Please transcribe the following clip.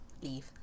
leave